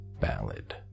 ballad